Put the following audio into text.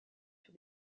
sur